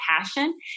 passion